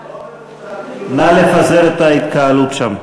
נא לפזר את ההתקהלות שם.